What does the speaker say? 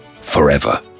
forever